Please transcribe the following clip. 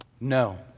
No